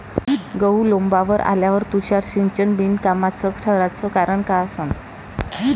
गहू लोम्बावर आल्यावर तुषार सिंचन बिनकामाचं ठराचं कारन का असन?